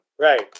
Right